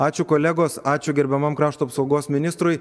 ačiū kolegos ačiū gerbiamam krašto apsaugos ministrui